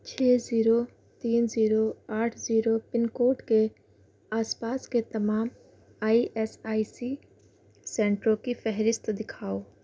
چھ زیرو تین زیرو آٹھ زیرو پن کوڈ کے آس پاس کے تمام آئی ایس آئی سی سینٹروں کی فہرست دکھاؤ